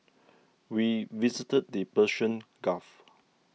we visited the Persian Gulf